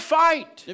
fight